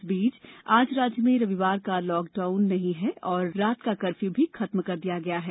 इस बीच आज राज्य में रविवार का लॉकडाउन नहीं है वहीं रात्री कपर्यू भी खत्म कर दिया गया है